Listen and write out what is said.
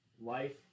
life